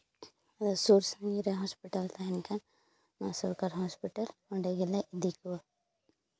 ᱟᱫᱚ ᱥᱩᱨ ᱥᱟᱺᱜᱤᱧ ᱨᱮ ᱦᱚᱥᱯᱤᱴᱟᱞ ᱛᱟᱦᱮᱸ ᱞᱮᱱᱠᱷᱟᱱ ᱥᱚᱨᱠᱟᱨᱤ ᱦᱚᱥᱯᱤᱴᱟᱞ ᱚᱸᱰᱮ ᱜᱮᱞᱮ ᱤᱫᱤ ᱠᱚᱣᱟ